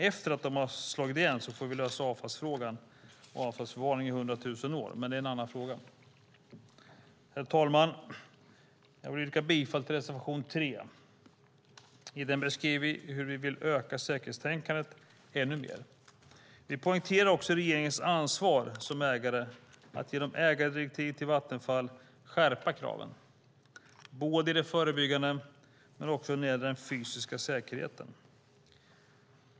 Efter att verken har slagit igen får vi lösa frågan om avfallsförvaring i hundra tusen år, men det är en annan fråga. Herr talman! Jag yrkar bifall till reservation 3. I den beskriver vi hur vi vill öka säkerhetstänkandet ännu mer. Vi poängterar också regeringens ansvar att som ägare genom ägardirektiv till Vattenfall skärpa kraven, både i det förebyggande och vad gäller den fysiska säkerheten.